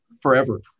Forever